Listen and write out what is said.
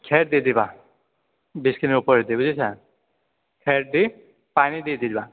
খেৰ দি দিবা বীজখিনিৰ ওপৰেদি বুজিছা খেৰ দি পানী দি দিবা